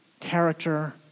character